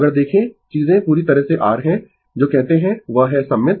अगर देखें चीजें पूरी तरह से r है जो कहते है वह है सममित